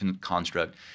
construct